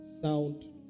sound